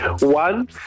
One